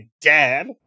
dad